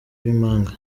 b’impanga